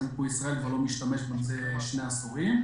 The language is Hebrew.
למיפוי ישראל כבר לא משתמש בה זה שני עשורים.